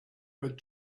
but